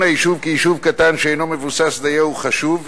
היישוב כיישוב קטן שאינו מבוסס דיו הוא חשוב,